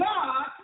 God